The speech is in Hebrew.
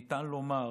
ניתן לומר